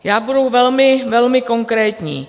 Já budu velmi, velmi konkrétní.